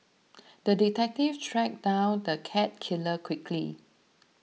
the detective tracked down the cat killer quickly